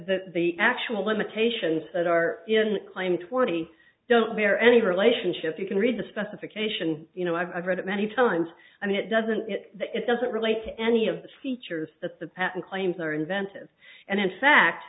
that the actual limitations that are in claim twenty don't bear any relationship you can read the specification you know i've read it many times and it doesn't it doesn't relate to any of the features that the patent claims are inventive and in fact